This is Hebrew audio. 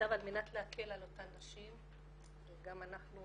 שנכתב על מנת להקל על אותן נשים וגם אנחנו